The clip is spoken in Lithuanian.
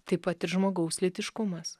taip pat ir žmogaus lytiškumas